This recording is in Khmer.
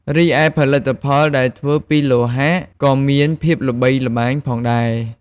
រីឯផលិតផលដែលធ្វើពីលោហៈក៏មានភាពល្បីល្បាញផងដែរ។